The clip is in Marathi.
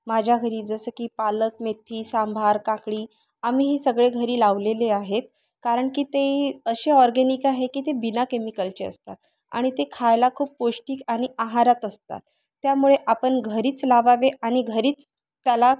माझ्या घरी जसं की पालक मेथी सांभार काकडी आम्ही ही सगळे घरी लावलेले आहेत कारण की ते असे ऑर्गेनिक आहे की ते बिना केमिकलचे असतात आणि ते खायला खूप पौष्टिक आणि आहारात असतात त्यामुळे आपण घरीच लावावे आणि घरीच त्याला